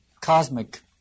cosmic